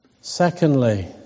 Secondly